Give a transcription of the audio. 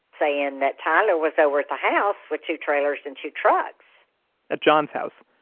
saying that tyler was over at the house with two trailers and two trucks at john's house,